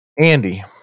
Andy